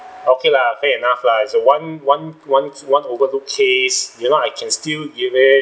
okay lah fair enough lah it's a one one once one overlooked case you know I can still give it